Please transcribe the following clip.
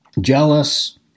jealous